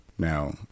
Now